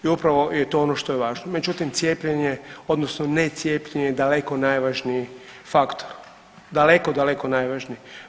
I upravo je to ono što je važno, međutim cijepljenje odnosno necijepljenje je daleko najvažniji faktor daleko, daleko najvažniji.